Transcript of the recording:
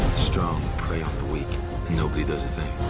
strong prey on the weak and nobody does a thing.